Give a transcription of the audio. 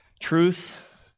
truth